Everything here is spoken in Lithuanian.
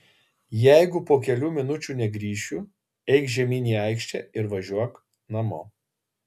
jeigu po kelių minučių negrįšiu eik žemyn į aikštę ir važiuok namo